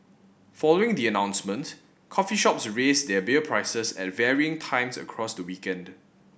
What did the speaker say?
following the announcement coffee shops raised their beer prices at varying times across the weekend